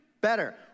better